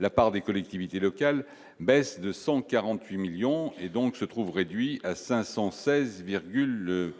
la part des collectivités locales, baisse de 148 millions et donc se trouve réduit à 516,6